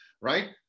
right